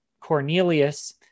Cornelius